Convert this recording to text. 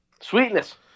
Sweetness